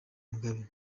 mugabe